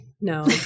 No